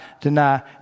deny